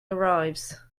arrives